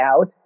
out